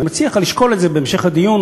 ואני מציע לך לשקול את זה בהמשך הדיון,